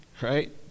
right